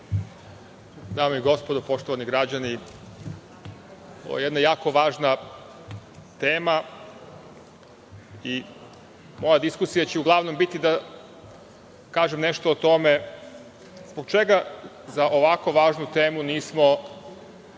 Dame i gospodo, poštovani građani, ovo je jedna jako važna tema i moja diskusija će uglavnom biti da kažem nešto o tome zbog čega za ovako važnu temu nismo pozvali